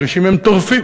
כרישים הם טורפים.